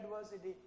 adversity